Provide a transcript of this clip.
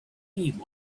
name